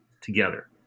together